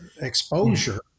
exposure